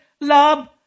love